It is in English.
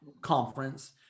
conference